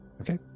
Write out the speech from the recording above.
okay